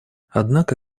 однако